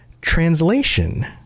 translation